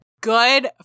Good